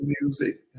music